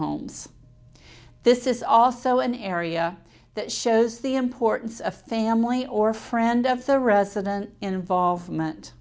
homes this is also an area that shows the importance of family or friend of the resident involvement